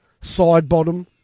Sidebottom